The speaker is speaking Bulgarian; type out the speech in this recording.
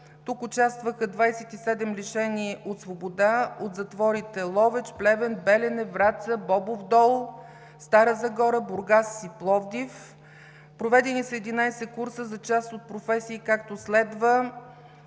Тук участваха 27 лишени от свобода от затворите в Ловеч, Плевен, Белене, Враца, Бобов дол, Стара Загора, Бургас и Пловдив. Проведени са 11 курса за част от професии, както следва: